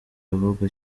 ahubwo